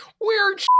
weird